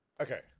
Okay